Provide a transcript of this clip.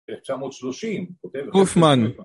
‫ב-1930, כותב... ‫-הופמן.